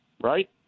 right